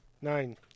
Nine